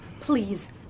please